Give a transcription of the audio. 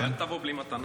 אל תבוא בלי מתנה.